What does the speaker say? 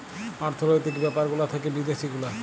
অর্থলৈতিক ব্যাপার গুলা থাক্যে বিদ্যাসি গুলা